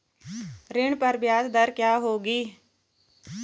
ऋण पर ब्याज दर क्या होगी?